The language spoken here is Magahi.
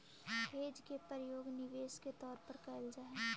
हेज के प्रयोग निवेश के तौर पर कैल जा हई